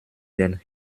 den